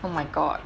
oh my god